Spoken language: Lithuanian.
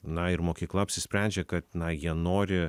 na ir mokykla apsisprendžia kad na jie nori